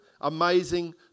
amazing